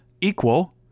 equal